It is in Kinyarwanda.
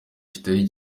kitari